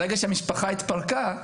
ברגע שהמשפחה התפרקה,